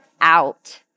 out